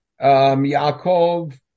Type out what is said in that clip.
Yaakov